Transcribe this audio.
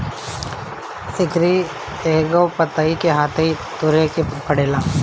एकरी एकहगो पतइ के हाथे से तुरे के पड़ेला